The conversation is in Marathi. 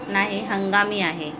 नाही हंगामी आहे